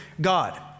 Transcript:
God